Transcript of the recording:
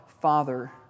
Father